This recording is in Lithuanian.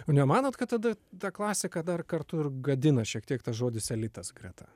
nemanote kad tada tą klasiką dar kartu ir gadina šiek tiek tas žodis elitas greta